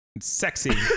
Sexy